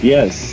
Yes